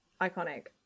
Iconic